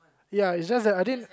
ya is just that I didn't